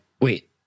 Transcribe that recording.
wait